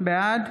בעד